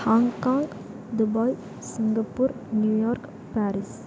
Hong Kong Dubai Singapore New York Paris